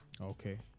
Okay